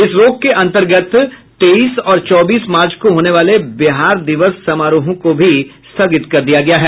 इस रोक के अंतर्गत तेईस और चौबीस मार्च को होने वाले बिहार दिवस समारोहों को भी स्थगित कर दिया गया है